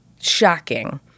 shocking